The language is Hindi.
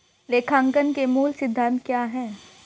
लेखांकन के मूल सिद्धांत क्या हैं?